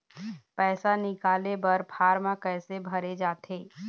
पैसा निकाले बर फार्म कैसे भरे जाथे?